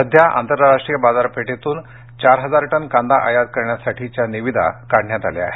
सध्या आंतरराष्ट्रीय बाजारपेठेतून चार हजार टन कांदा आयात करण्यासाठीच्या निविदा काढण्यात आल्या आहेत